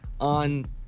on